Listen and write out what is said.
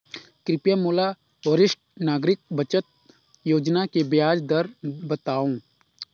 कृपया मोला वरिष्ठ नागरिक बचत योजना के ब्याज दर बतावव